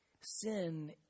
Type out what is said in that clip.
Sin